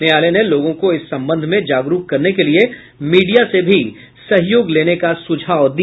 न्यायालय ने लोगों को इस संबंध में जागरूक करने के लिये मीडिया से भी सहयोग लेने का सुझाव दिया